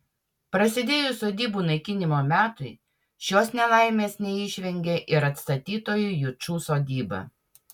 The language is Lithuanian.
prasidėjus sodybų naikinimo metui šios nelaimės neišvengė ir atstatytoji jučų sodyba